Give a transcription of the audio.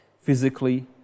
physically